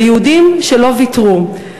ליהודים שלא ויתרו.